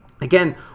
Again